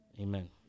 Amen